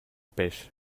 pêche